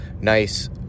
nice